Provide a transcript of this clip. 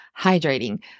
hydrating